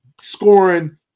scoring